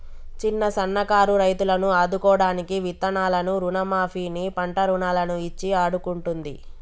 చిన్న సన్న కారు రైతులను ఆదుకోడానికి విత్తనాలను రుణ మాఫీ ని, పంట రుణాలను ఇచ్చి ఆడుకుంటుంది